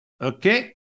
Okay